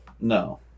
No